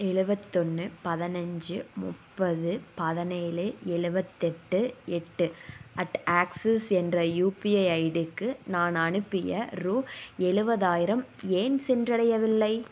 எழுவத்தொன்னு பதினைஞ்சு முப்பது பதினேழு எழுவத்தெட்டு எட்டு அட் ஆக்சிஸ் என்ற யுபிஐ ஐடிக்கு நான் அனுப்பிய ரூ எழுபதாயிரம் ஏன் சென்றடையவில்லை